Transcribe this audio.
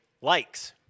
likes